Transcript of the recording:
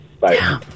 Bye